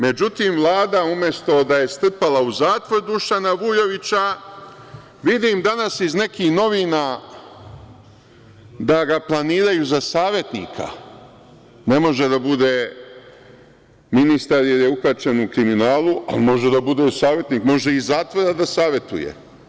Međutim, Vlada umesto da je strpala u zatvor Dušana Vujovića, vidim danas iz nekih novina da ga planiraju za savetnika, ne može da bude ministar jer je uhvaćen u kriminalu, ali može da bude savetnik, može i iz zatvora da savetuje.